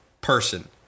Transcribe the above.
person